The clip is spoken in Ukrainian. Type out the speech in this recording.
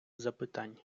запитань